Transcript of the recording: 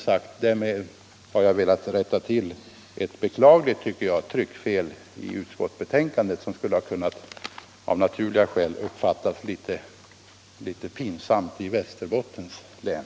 Jag har velat rätta till detta som jag tycker beklagliga tryckfel i utskottsbetänkandet, som naturligtvis skulle kunna föranleda en pinsam uppmärksamhet i Västerbottens län.